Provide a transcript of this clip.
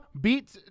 beat